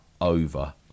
over